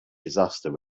disaster